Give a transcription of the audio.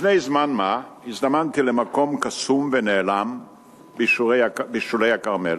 לפני זמן מה הזדמנתי למקום קסום ונעלם בשולי הכרמל.